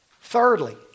Thirdly